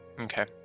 Okay